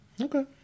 Okay